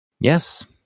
Yes